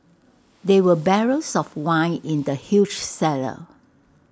there were barrels of wine in the huge cellar